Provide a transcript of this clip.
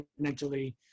exponentially